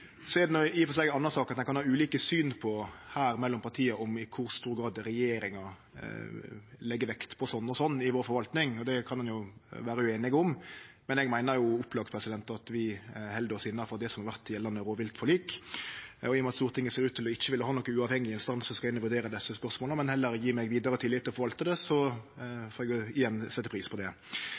Så er det i og for seg ei anna sak at ein mellom partia her kan ha ulike syn på i kor stor grad regjeringa legg vekt på sånn og sånn i forvaltinga. Det kan ein jo vere ueinig om, men eg meiner opplagt at vi held oss innanfor gjeldande rovviltforlik. Og i og med at Stortinget ikkje ser ut til å ville ha ein uavhengig instans som skal gå inn og vurdere desse spørsmåla, men heller vil gje meg vidare tillit til å forvalte det, får eg igjen setje pris på det.